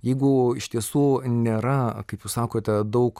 jeigu iš tiesų nėra kaip jūs sakote daug